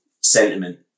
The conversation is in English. sentiment